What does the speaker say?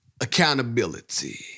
accountability